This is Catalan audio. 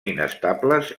inestables